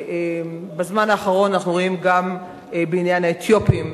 בזמן האחרון אנחנו רואים גם בעניין האתיופים,